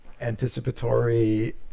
anticipatory